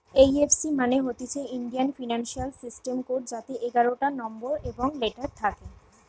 এই F C মানে হতিছে ইন্ডিয়ান ফিনান্সিয়াল সিস্টেম কোড যাতে এগারটা নম্বর এবং লেটার থাকে